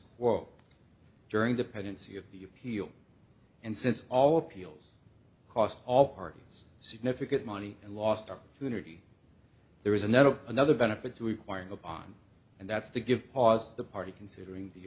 quo during the pendency of the appeal and since all appeals costs all parties significant money and lost opportunity there is another another benefit to requiring upon and that's to give pause the party considering the